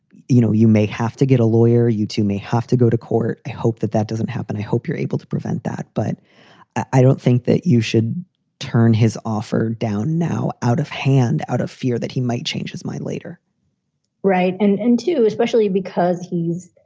you know, you may have to get a lawyer, you, too, may have to go to court. i hope that that doesn't happen. i hope you're able to prevent that. but i don't think that you should turn his offer down now out of hand, out of fear that he might change his mind later right. and and too, especially because he's,